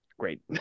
great